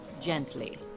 Gently